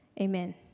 amen